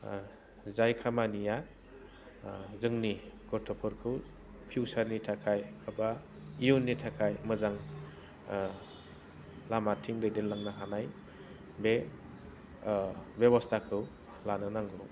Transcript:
जाय खामानिया जोंनि गथ'फोरखौ फिउसारनि थाखाय एबा इयुननि थाखाय मोजां लामाथिं दैदेनलांनो हानाय बे बेब'स्थाखौ लानो नांगौ